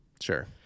Sure